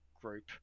group